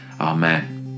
Amen